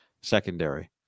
secondary